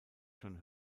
john